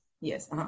Yes